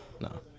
No